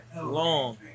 Long